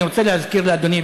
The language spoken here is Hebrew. אני רוצה להזכיר לאדוני,